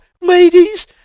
ladies